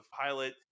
pilot